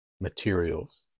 materials